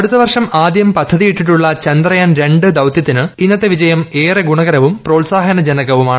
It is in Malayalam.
അടുത്ത വർഷം ആദ്യം പദ്ധതിയിട്ടിട്ടുള്ള ചന്ദ്രയാൻ രണ്ട് ദൌതൃത്തിന് ഇന്നത്തെ വിജയം ഏറെ ഗുണകരവും പ്രോത്സാഹനജനകവുമാണ്